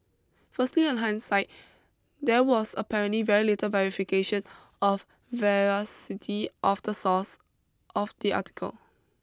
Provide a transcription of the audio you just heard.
firstly on hindsight there was apparently very little verification of veracity of the source of the article